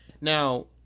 Now